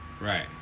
Right